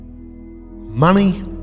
Money